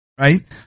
Right